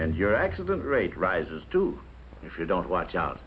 and your accident rate rises too if you don't watch out